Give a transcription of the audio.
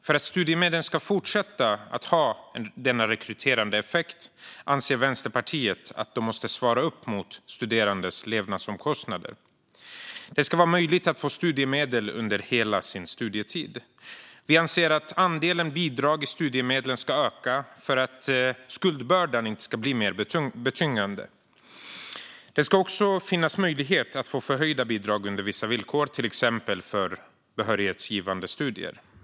För att studiemedlen ska fortsätta att ha denna rekryterande effekt anser Vänsterpartiet att de måste svara upp mot studerandes levnadsomkostnader. Det ska vara möjligt att få studiemedel under hela sin studietid. Vi anser att andelen bidrag i studiemedlen ska öka för att skuldbördan inte ska bli mer betungande. Det ska också finnas möjlighet att få förhöjda bidrag under vissa villkor, till exempel för behörighetsgivande studier.